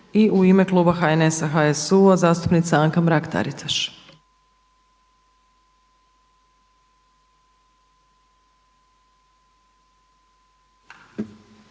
zastupnika HNS-a i HSU-a zastupnica Anka Mrak-Taritaš.